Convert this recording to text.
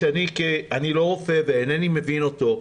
פרמטר, אני לא רופא ואינני מבין אותו,